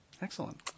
Excellent